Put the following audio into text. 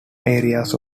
areas